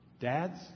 Dads